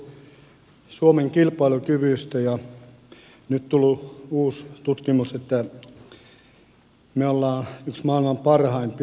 täällä on puhuttu suomen kilpailukyvystä ja nyt on tullut uusi tutkimus että me olemme yksi maailman parhaimpia